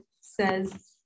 says